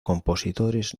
compositores